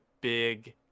big